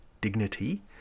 dignity